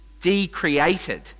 decreated